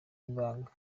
ibanga